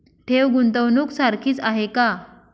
ठेव, गुंतवणूक सारखीच आहे का?